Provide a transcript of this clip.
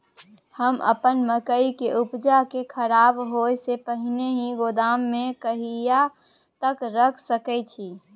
हम अपन मकई के उपजा के खराब होय से पहिले ही गोदाम में कहिया तक रख सके छी?